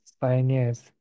pioneers